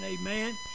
Amen